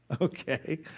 Okay